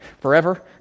Forever